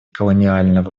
колониального